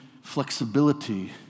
flexibility